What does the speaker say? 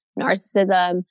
narcissism